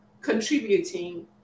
contributing